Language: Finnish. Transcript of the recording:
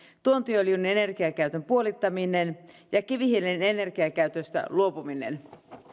tuontiöljyn energiakäytön puolittaminen ja kivihiilen energiakäytöstä luopuminen